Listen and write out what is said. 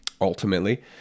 ultimately